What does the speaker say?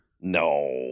No